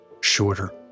shorter